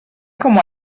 como